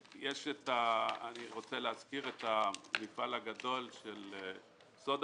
אני רוצה להזכיר את המפעל הגדול של סודה